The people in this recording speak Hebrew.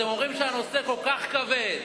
אתם אומרים שהנושא כל כך כבד,